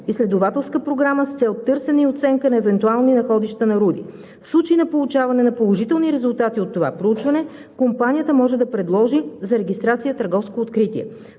изследователска програма, с цел търсене и оценка на евентуални находища на руди. В случай на получаване на положителни резултати от това проучване компанията може да предложи за регистрация търговско откритие.